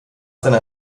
seiner